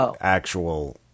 actual